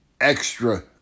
extra